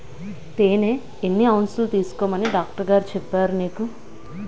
తేనె ఎన్ని ఔన్సులు తీసుకోమని డాక్టరుగారు చెప్పారు నీకు